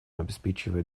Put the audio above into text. обеспечивает